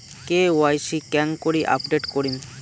KYC কেঙ্গকরি update করিম?